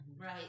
Right